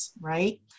right